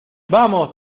vamos